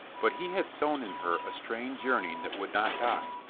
but he had sown in her a strange yearn ing that would not die.